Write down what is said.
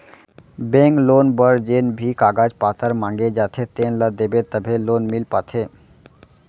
bank loan बर जेन भी कागज पातर मांगे जाथे तेन ल देबे तभे लोन मिल पाथे